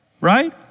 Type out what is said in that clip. right